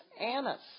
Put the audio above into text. Annas